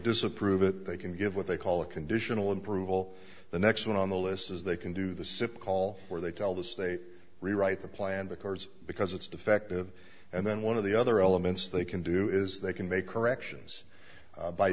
disapprove it they can give what they call a conditional approval the next one on the list as they can do the simple call where they tell the state rewrite the plan the cards because it's defective and then one of the other elements they can do is they can make corrections